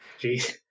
Jeez